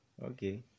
Okay